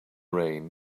rain